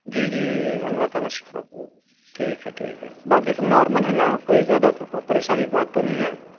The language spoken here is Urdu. جی جی اللہ تعالیٰ شفا کرے ٹھیک ہے ٹھیک ہے باقی سب نارمل ہے نا کوئی زیادہ پریشانی کی بات تو نہیں ہے